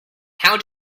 how